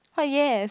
what yes